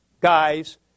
guys